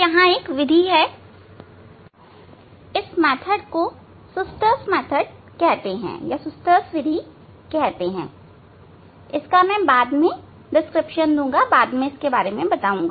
यहाँ एक विधि है जिसे सुस्टर्स विधि कहा जाता है इसका मैं बाद में वर्णन करूँगा